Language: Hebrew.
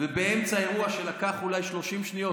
ובאמצע אירוע שלקח אולי 30 שניות,